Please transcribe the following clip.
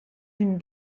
une